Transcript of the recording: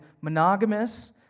monogamous